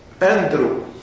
Andrew